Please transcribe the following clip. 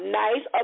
nice